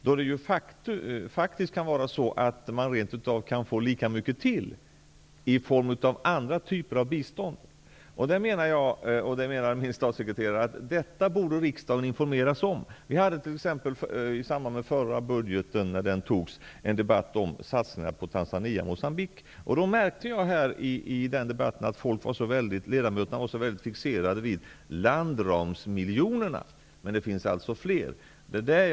Men det kan faktiskt vara på det sättet att de rent av kan få lika mycket till i form av andra typer av bistånd. Jag och min statssekreterare menar att riksdagen borde informeras om detta. I samband med att den förra budgeten antogs hade vi t.ex. en debatt om satsningarna på Tanzania och Moçambique. I den debatten märkte jag att ledamöterna var så fixerade vid landramsmiljonerna. Men det finns alltså fler typer av bistånd.